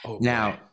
now